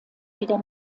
wieder